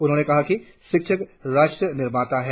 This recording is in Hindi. उन्होंने कहा कि शिक्षक राष्ट्र निर्माता है